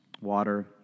water